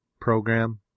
program